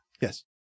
Yes